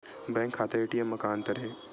Bank खाता ATM मा का अंतर हे?